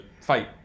fight